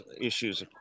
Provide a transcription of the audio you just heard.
issues